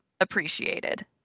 appreciated